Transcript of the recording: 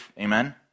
Amen